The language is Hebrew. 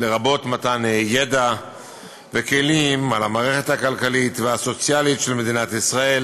לרבות מתן ידע וכלים על המערכת הכלכלית והסוציאלית של מדינת ישראל